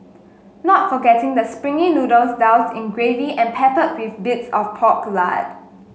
not forgetting the springy noodles doused in gravy and pepper with bits of pork lard